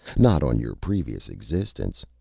not on your previous existence!